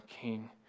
King